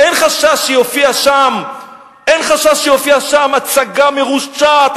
אין חשש שתופיע שם הצגה מרושעת,